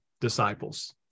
disciples